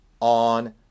on